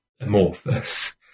amorphous